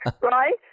right